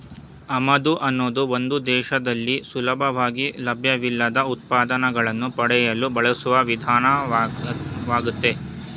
ಆಮದು ಅನ್ನೋದು ಒಂದು ದೇಶದಲ್ಲಿ ಸುಲಭವಾಗಿ ಲಭ್ಯವಿಲ್ಲದ ಉತ್ಪನ್ನಗಳನ್ನು ಪಡೆಯಲು ಬಳಸುವ ವಿಧಾನವಾಗಯ್ತೆ